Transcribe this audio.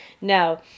No